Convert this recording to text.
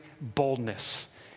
boldness